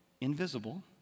invisible